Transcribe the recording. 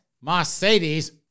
Mercedes